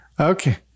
Okay